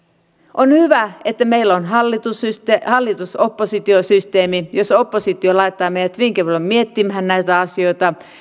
on hyvä että meillä on hallitus oppositio systeemi jos oppositio laittaa meidät hyvinkin paljon miettimään näitä asioita